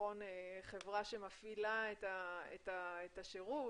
חברה שמפעילה את השירות,